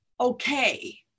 okay